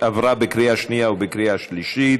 עברה בקריאה שנייה ובקריאה שלישית.